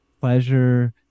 pleasure